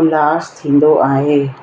उल्हास थींदो आहे